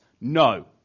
no